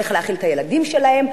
איך להאכיל את הילדים שלהם?